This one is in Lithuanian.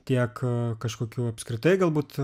tiek kažkokių apskritai galbūt